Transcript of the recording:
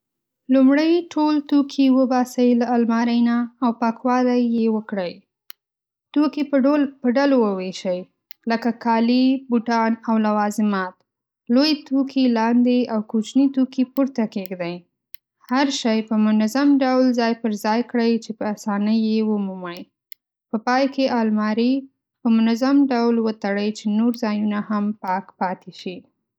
لومړی ټول توکي وباسئ له المارۍ نه او پاکوالی یې وکړئ. توکي په ډلو وویشئ، لکه کالي، بوټان، او لوازمات. لوی توکي لاندې او کوچني توکي پورته کېږدئ. هر شی په منظم ډول ځای پر ځای کړئ چې په اسانۍ یې ومومئ. په پای کې الماري په منظم ډول وتړئ چې نور ځایونه هم پاک پاتې شي.